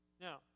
Now